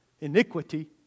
iniquity